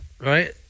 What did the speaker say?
right